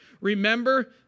Remember